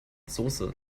soße